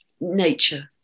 nature